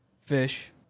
Fish